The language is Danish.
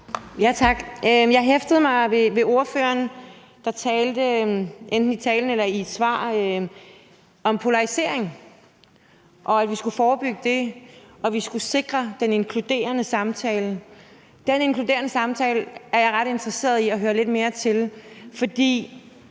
der enten i talen eller i et svar talte om polarisering, og at vi skulle forebygge det, og at vi skulle sikre den inkluderende samtale. Den inkluderende samtale er jeg ret interesseret i at høre lidt mere til,